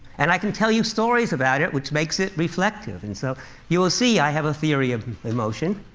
and i can tell you stories about it, which makes it reflective, and so you'll see i have a theory of emotion.